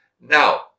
Now